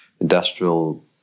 industrial